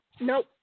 Nope